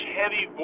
heavy